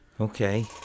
Okay